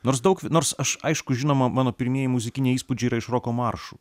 nors daug nors aš aišku žinoma mano pirmieji muzikiniai įspūdžiai yra iš roko maršų